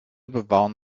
bewahren